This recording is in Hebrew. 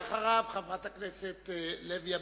אחריו, חברת הכנסת לוי אבקסיס.